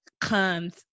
comes